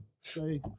Say